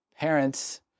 parents